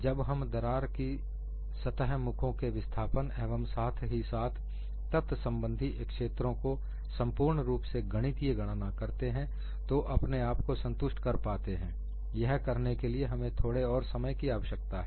जब हम दरार की सतह मुखों के विस्थापन एवं साथ ही साथ तत्संबंधी स्ट्रेस क्षेत्रों को संपूर्ण रूप से गणितीय गणना करते हैं तो अपने आप को संतुष्ट कर पाते हैं यह करने के लिए हमें थोड़े और समय की आवश्यकता है